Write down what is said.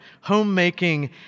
homemaking